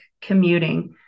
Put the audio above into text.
commuting